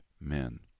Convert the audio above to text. men